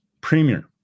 premier